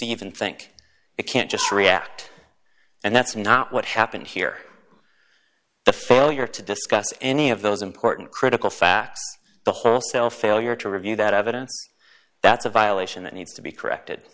and think it can't just react and that's not what happened here the failure to discuss any of those important critical facts the wholesale failure to review that evidence that's a violation that needs to be corrected